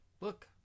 Look